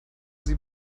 sie